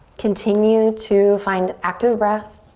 continue to find active breath.